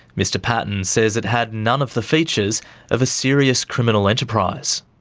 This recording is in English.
mr patton says it had none of the features of a serious criminal enterprise.